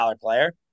player